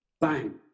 bang